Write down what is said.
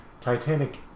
Titanic